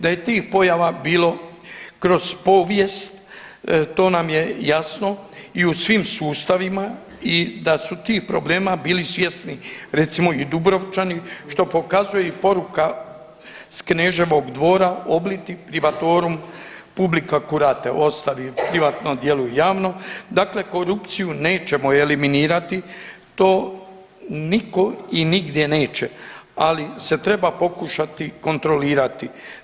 Da je tih pojava bilo kroz povijest to nam je jasno i u svim sustavima i da su tih problema bili svjesni recimo i Dubrovčani što pokazuje i poruka s Kneževog dvora, obiliti privatorum, publica curate, ostavi privatno djeluj javno, dakle korupciju nećemo eliminirati to nitko i nigdje neće, ali se treba pokušati kontrolirati.